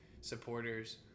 supporters